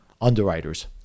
underwriters